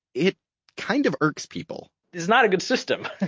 it kind of irks people it's not a good system.